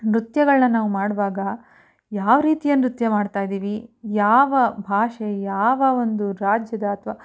ನೃತ್ಯಗಳನ್ನ ನಾವು ಮಾಡುವಾಗ ಯಾವ ರೀತಿಯ ನೃತ್ಯ ಮಾಡ್ತಾಯಿದ್ದೀವಿ ಯಾವ ಭಾಷೆ ಯಾವ ಒಂದು ರಾಜ್ಯದ ಅಥವಾ